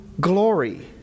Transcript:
glory